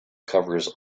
covers